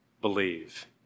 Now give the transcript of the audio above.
believe